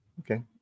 Okay